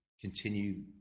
continue